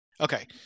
Okay